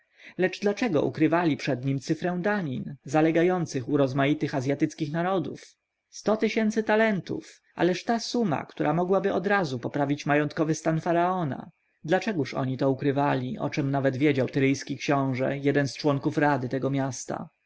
lecz dlaczego ukrywali przed nim cyfrę danin zalegających u rozmaitych azjatyckich narodów sto tysięcy talentów ależ to suma która mogła odrazu poprawić majątkowy stan faraona dlaczegoż oni to ukrywali o czem nawet wiedział tyryjski książę jeden z członków rady tego miasta